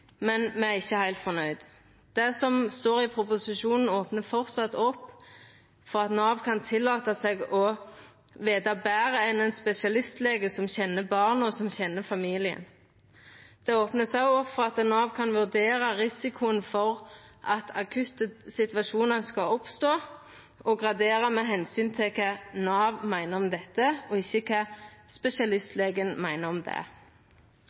proposisjonen, opnar framleis opp for at Nav kan tillata seg å vita betre enn ein spesialistlege som kjenner barnet og som kjenner familien. Det vert også opna for at Nav kan vurdera risikoen for at akutte situasjonar kan oppstå, og gradera med omsyn til kva Nav meiner om det og ikkje kva spesialistlegen meiner om det.